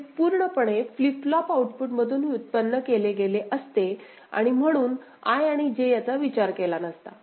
हे पूर्णपणे flip flop आउटपुटमधून व्युत्पन्न केले गेले असते आणि म्हणून I आणि J याचा विचार केला नसता